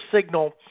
signal